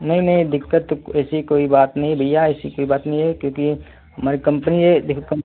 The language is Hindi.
नहीं नहीं दिक्कत तो ऐसी कोई बात नहीं भैया ऐसी कोई बात नहीं है क्योंकि हमारी कंपनी है देखिए कम